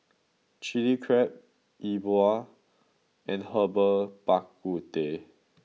Chili Crab E Bua and Herbal Bak Ku Teh